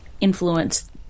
influence